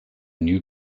new